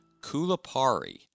Kulapari